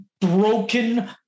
broken